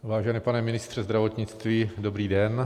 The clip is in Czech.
Vážený pane ministře zdravotnictví, dobrý den.